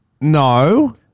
No